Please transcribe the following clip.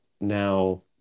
Now